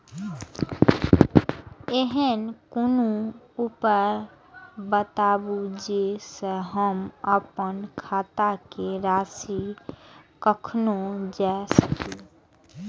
ऐहन कोनो उपाय बताबु जै से हम आपन खाता के राशी कखनो जै सकी?